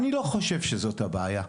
אני חושב שלא זאת הבעיה.